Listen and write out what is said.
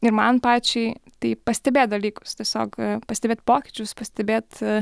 ir man pačiai tai pastebėt dalykus tiesiog pastebėt pokyčius pastebėt